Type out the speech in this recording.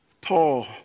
Paul